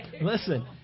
Listen